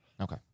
Okay